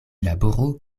laboru